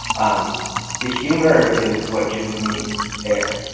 um the humor is what gives me air.